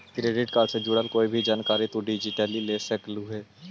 credit card से जुड़ल कोई भी जानकारी तु डिजिटली ले सकलहिं हे